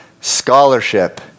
scholarship